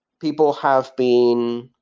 people have been,